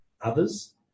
others